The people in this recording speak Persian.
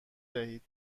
دهیم